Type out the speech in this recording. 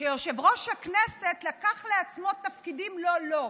שיושב-ראש הכנסת לקח לעצמו תפקידים לא לו.